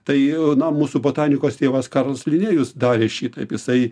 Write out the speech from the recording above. tai na mūsų botanikos tėvas karlas linėjus darė šitaip jisai